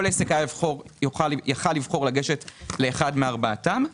כל עסק יוכל לבחור לגשת לאחד מארבעתם.